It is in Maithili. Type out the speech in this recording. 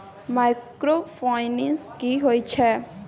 माइक्रोफाइनेंस की होय छै?